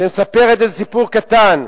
שמספרת איזה סיפור קטן: